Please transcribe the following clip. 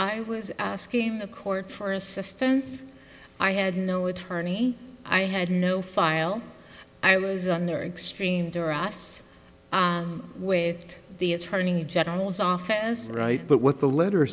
i was asking the court for assistance i had no attorney i had no file i was on their extreme duress with the attorney general's office right but what the letter